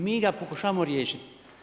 A mi ga pokušavamo riješiti.